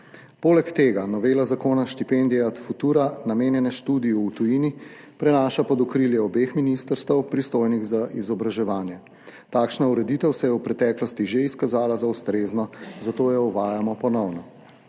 Poleg tega novela zakona štipendije Ad futura, namenjene študiju v tujini, prenaša pod okrilje obeh ministrstev, pristojnih za izobraževanje. Takšna ureditev se je v preteklosti že izkazala za ustrezno, zato jo uvajamo ponovno.